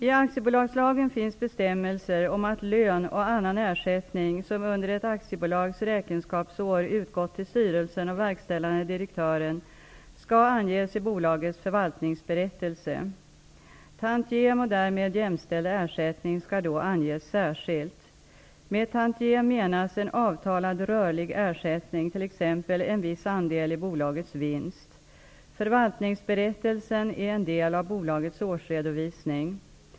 I aktiebolagslagen finns bestämmelser om att lön och annan ersättning som under ett aktiebolags räkenskapsår utgått till styrelsen och verkställande direktören skall anges i bolagets förvaltningsberättelse. Tantiem och därmed jämställd ersättning skall då anges särskilt. Med tantiem menas en avtalad rörlig ersättning, t.ex. en viss andel i bolagets vinst. Förvaltningsberättelsen är en del av bolagets årsredovisning.